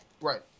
Right